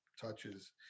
touches